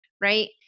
right